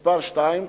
(מס' 2),